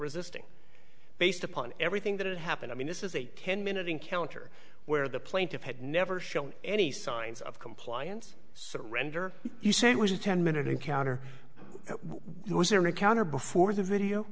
resisting based upon everything that happened i mean this is a ten minute encounter where the plaintiff had never shown any signs of compliance surrender you say it was a ten minute encounter where was their encounter before the video